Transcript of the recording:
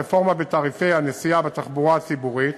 הרפורמה בתעריפי הנסיעה בתחבורה הציבורית,